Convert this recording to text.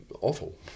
awful